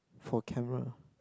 for camera